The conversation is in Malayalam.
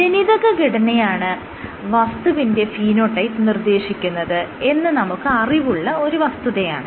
ജനിതഘടനയാണ് വസ്തുവിന്റെ ഫീനോടൈപ്പ് നിർദ്ദേശിക്കുന്നത് എന്ന് നമുക്ക് അറിവുള്ള ഒരു വസ്തുതയാണ്